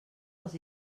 els